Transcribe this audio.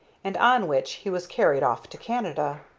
and on which he was carried off to canada.